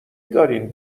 دارین